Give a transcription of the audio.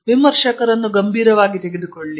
ವಿಮರ್ಶಕರನ್ನು ಗಂಭೀರವಾಗಿ ತೆಗೆದುಕೊಳ್ಳಿ